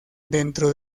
dentro